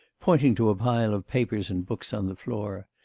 pointing to a pile of papers and books on the floor,